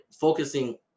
focusing